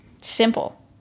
simple